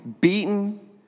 beaten